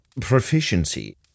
proficiency